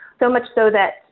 so much so that,